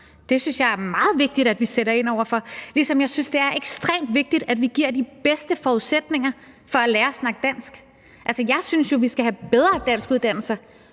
Det synes jeg er meget vigtigt at vi sætter ind over for, ligesom jeg synes, det er ekstremt vigtigt, at vi giver de bedste forudsætninger for at lære at snakke dansk. Altså, jeg synes jo, vi skal have bedre danskuddannelser